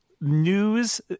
news